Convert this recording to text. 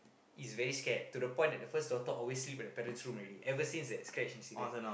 is very scared to the point that the first daughter always sleep at the parents room already ever since that scratch is there